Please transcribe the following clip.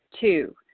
Two